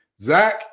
Zach